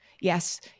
Yes